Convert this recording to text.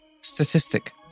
statistic